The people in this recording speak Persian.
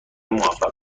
موفق